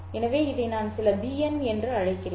எனவே இதை நான் சில bn என்று அழைக்கிறேன்